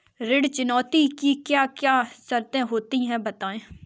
ऋण चुकौती की क्या क्या शर्तें होती हैं बताएँ?